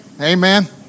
Amen